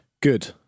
Good